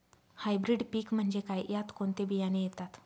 Hybrid पीक म्हणजे काय? यात कोणते बियाणे येतात?